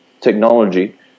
technology